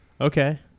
Okay